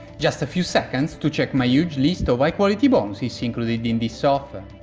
just a few seconds to check my huge list of high quality bonuses included in this offer.